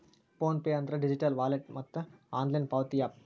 phone pay ಅಂದ್ರ digital wallet ಮತ್ತ online ಪಾವತಿ ಯಾಪ್